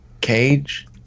Cage